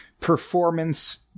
performance